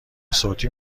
صوتی